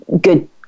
good